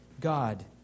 God